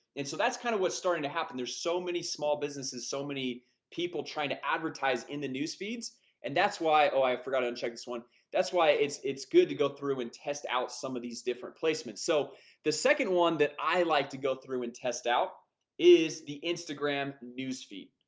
and so that's kind of what's starting to happen. there's so many small businesses so many people trying to advertise in the news feeds and that's why i oh i've forgotten check this one that's why it's it's good to go through and test out some of these different placements so the second one that i like to go through and test out is the instagram newsfeed.